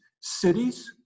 Cities